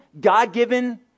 God-given